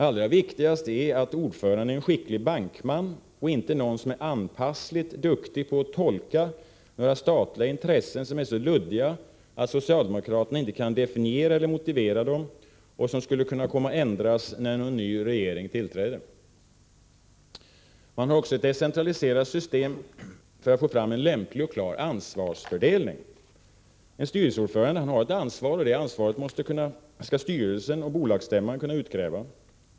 Allra viktigast är att ordföranden är en skicklig bankman och inte någon som är anpassligt duktig på att tolka några statliga intressen, som är så luddiga att socialdemokraterna inte kan definiera eller motivera dem och som skulle kunna komma att ändras när någon ny regering tillträder. 145 Ett decentraliserat system har vi också för att få en lämplig och klar ansvarsfördelning. En styrelseordförande har ett ansvar, och det ansvaret skall styrelsen och bolagsstämman kunna utkräva.